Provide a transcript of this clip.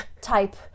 type